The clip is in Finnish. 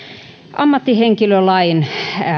ammattihenkilölain